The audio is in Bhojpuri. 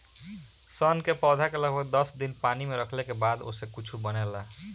सन के पौधा के लगभग दस दिन पानी में रखले के बाद ओसे कुछू बनेला